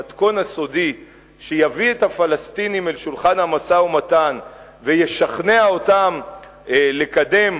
המתכון הסודי שיביא את הפלסטינים אל שולחן המשא-ומתן וישכנע אותם לקדם,